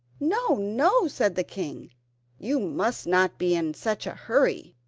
no, no said the king you must not be in such a hurry.